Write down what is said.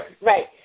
Right